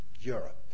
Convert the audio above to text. Europe